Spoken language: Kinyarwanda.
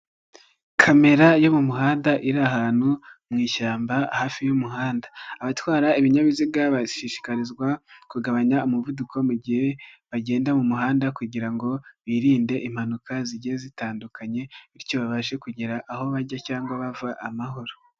Kamera yo mu muhanda iri ahantu mwishyamba hafi y'umuhanda abatwara ibinyabiziga bashishikarizwa kugabanya umuvuduko mu gihe bagenda mu muhanda kugira ngo birinde impanuka zigiye zitandukanye bityo babashe kugera aho bajya cyangwa bava amahoro.